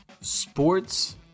sports